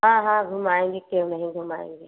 हाँ हाँ घुमाएंगे क्यों नही घुमाएंगे